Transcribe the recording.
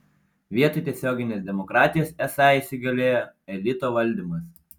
vietoj tiesioginės demokratijos esą įsigalėjo elito valdymas